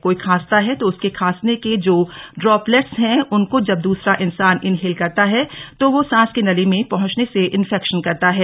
कोई खांसता है तो उसके खांसने के जो ड्रोपलेट्स है उनको जब द्सरा इंसान इनहेल करता है तो वो सांस की नली में पहुंचने से इंफेक्शन करता है